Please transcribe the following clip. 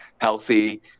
healthy